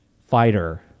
fighter